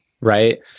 right